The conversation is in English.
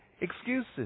excuses